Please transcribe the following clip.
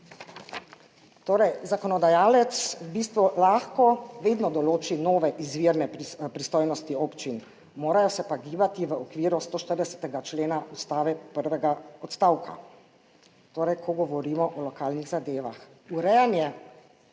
Torej zakonodajalec v bistvu lahko vedno določi nove izvirne pristojnosti občin, morajo se pa gibati v okviru 140. člena Ustave prvega odstavka. Torej, ko govorimo o lokalnih zadevah. Urejanje